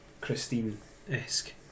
Christine-esque